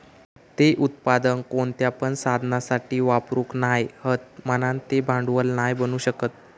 ते उत्पादन कोणत्या पण साधनासाठी वापरूक नाय हत म्हणान ते भांडवल नाय बनू शकत